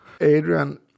Adrian